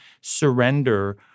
surrender